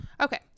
Okay